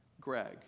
Greg